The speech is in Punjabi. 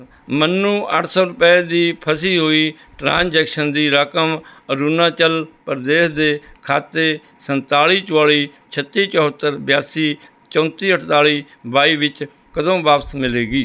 ਮੈਨੂੰ ਅੱਠ ਸੌ ਰੁਪਏ ਦੀ ਫਸੀ ਹੋਈ ਟ੍ਰਾਂਜੈਕਸ਼ਨ ਦੀ ਰਕਮ ਅਰੁਣਾਚਲ ਪ੍ਰਦੇਸ਼ ਦੇ ਖਾਤੇ ਸੰਤਾਲ਼ੀ ਚਵਾਲ਼ੀ ਛੱਤੀ ਚੁਹੱਤਰ ਬਿਆਸੀ ਚੌਤੀ ਅੜਤਾਲ਼ੀ ਬਾਈ ਵਿੱਚ ਕਦੋਂ ਵਾਪਸ ਮਿਲੇਗੀ